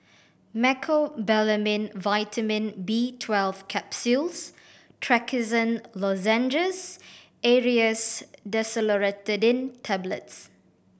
Mecobalamin Vitamin B Twelve Capsules Trachisan Lozenges Aerius DesloratadineTablets